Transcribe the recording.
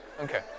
Okay